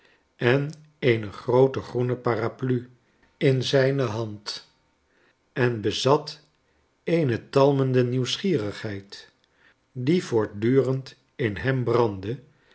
en eene groote groene paraplu in zijne hand en bezat eene talmende nieuwsgierigheid die voortdurend in hem brandde